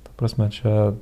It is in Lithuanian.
ta prasme čia